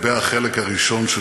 לגבי החלק הראשון,